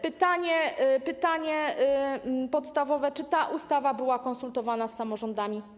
Pytanie podstawowe: Czy ta ustawa była konsultowana z samorządami?